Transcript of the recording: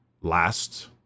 last